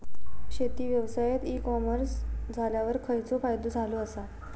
शेती व्यवसायात e commerce इल्यावर खयचो फायदो झालो आसा?